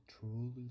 truly